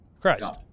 Christ